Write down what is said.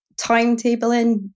Timetabling